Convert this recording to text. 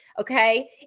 okay